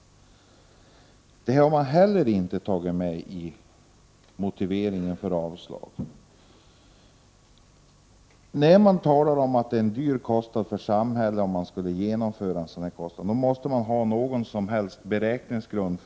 Det har utskottet inte heller nämnt i motiveringen. Utskottet talar om att ett genomförande av denna reform skulle vara dyrt för samhället. Men om man säger det, måste man ha någon som helst beräkningsgrund.